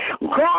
God